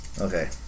Okay